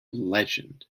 legend